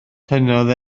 tynnodd